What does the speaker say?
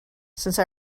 since